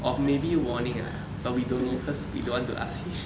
or maybe warning ah but we don't know cause we don't want to ask him